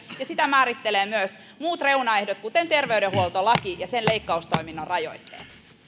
ja sitä määrittelevät myös muut reunaehdot kuten terveydenhuoltolaki ja sen leikkaustoiminnan rajoitteet